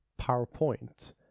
PowerPoint